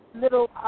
Little